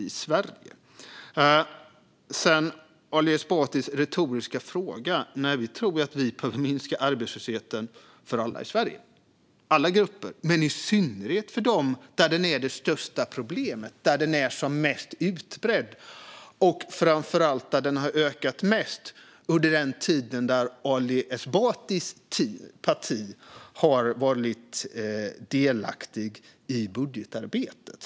När det gäller Ali Esbatis retoriska fråga tror vi att arbetslösheten behöver minska för alla grupper i Sverige men i synnerhet för dem där den är det största problemet, där den är som mest utbredd och framför allt där den ökade mest under den tid Ali Esbatis parti var delaktigt i budgetarbetet.